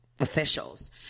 officials